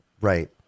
Right